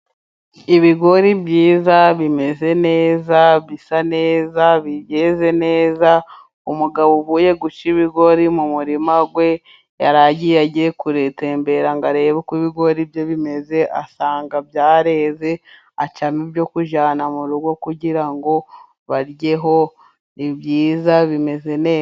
Ibigori byiza bimeze neza bisa neza byeze neza. Umugabo uvuye guca ibigori mu murima we yari agiye agiye gutembera ngo arebe uko ibigori bye bimeze asanga byareze. Aca ibyo kujyana mu rugo kugira ngo baryeho ni byiza bimeze neza.